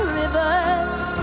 rivers